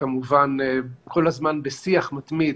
וכמובן כל הזמן בשיח מתמיד